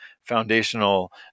foundational